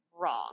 wrong